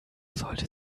sollte